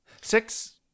six